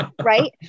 Right